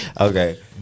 Okay